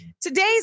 Today's